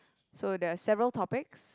so there are several topics